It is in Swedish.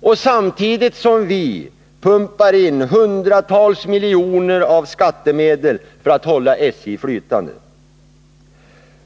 och samtidigt som vi pumpar in hundratals miljoner av skattemedel för att hålla SJ flytande.